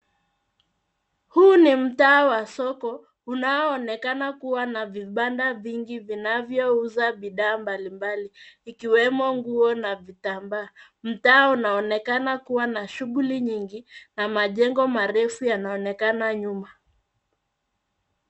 Huu ni mtaa wa soko unaoonekana kuwa na vibanda vingi vinavyouza bidhaa mbalimbali ikiwemo nguo na vitambaa. Mtaa unaonekana kuwa na shughuli nyingi na majengo marefu yanaonekana nyuma.